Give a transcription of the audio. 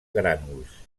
grànuls